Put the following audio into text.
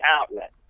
outlet